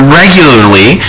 regularly